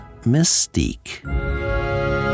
mystique